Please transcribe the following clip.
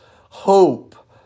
hope